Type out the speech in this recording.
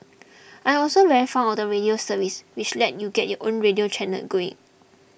I am also very fond of the radio service which lets you get your own radio channel going